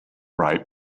right